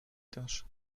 dasz